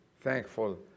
thankful